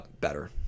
better